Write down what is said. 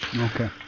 Okay